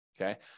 Okay